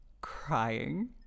crying